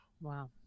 Wow